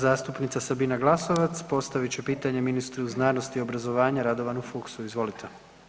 Zastupnica Sabina Glasovac postavit će pitanje ministru znanosti i obrazovanja Radovanu Fuchsu, izvolite.